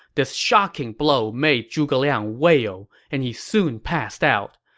this shocking blow made zhuge liang wail, and he soon passed out.